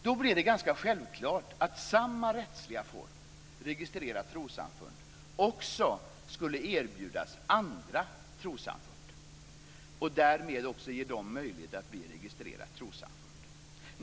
Då blir det ganska självklart att samma rättsliga form, registrerat trossamfund, också skulle erbjudas andra trossamfund och därmed ge dem möjlighet att bli registrerat trossamfund.